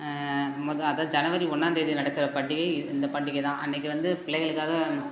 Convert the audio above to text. மொதல் அதுதான் ஜனவரி ஒன்றாந்தேதி நடக்கிற பண்டிகை இ இந்த பண்டிகை தான் அன்றைக்கு வந்து பிள்ளைங்களுக்காக